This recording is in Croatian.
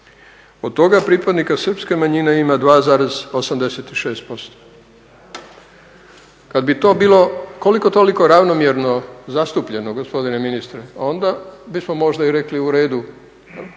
Od toga pripadnika srpske manjine ima 2,86%. Kad bi to bilo koliko toliko ravnomjerno zastupljeno, gospodine ministre, onda bismo možda i rekli u redu,